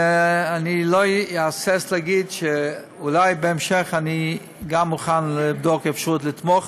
לא אהסס להגיד שאולי בהמשך אני מוכן גם לבדוק אפשרות לתמוך